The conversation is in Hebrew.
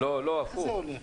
איך זה הולך?